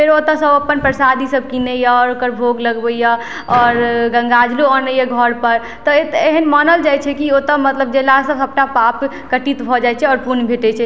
फेर ओतऽ सँ अपन प्रसादी सब किनइए आओर ओकर भोग लगबइए आओर गंगाजलो आनइए घर पर तऽ एहन मानल जाइ छै कि ओतऽ मतलब गेलासँ सबटा पाप कटित भऽ जाइ छै आओर पुण्य भेटय छै